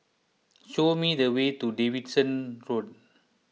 show me the way to Davidson Road